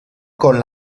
con